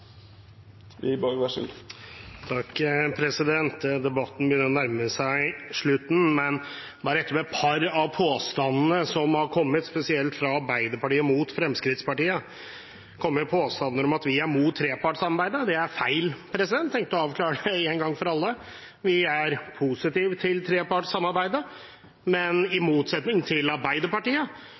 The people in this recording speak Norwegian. Debatten begynner å nærme seg slutten, men jeg vil rette opp i et par av påstandene som har kommet, spesielt fra Arbeiderpartiet mot Fremskrittspartiet, påstander om at vi er imot trepartssamarbeidet. Det er feil. Jeg tenkte jeg ville avklare det en gang for alle. Vi er positive til trepartssamarbeidet, men i motsetning til Arbeiderpartiet